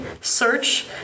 search